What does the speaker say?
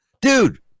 dude